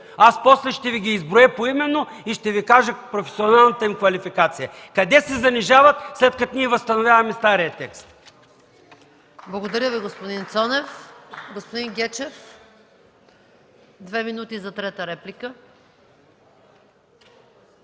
това ще Ви ги изброя поименно и ще Ви кажа професионалната им квалификация, къде се занижават, след като ние възстановяваме стария текст.